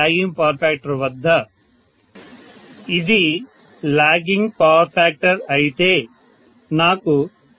8 lagging pf వద్ద ఇది lagging power factor అయితే నాకు cos0